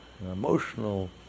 emotional